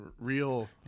real